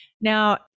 now